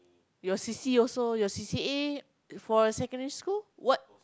your C_C also your C_C_A for secondary school what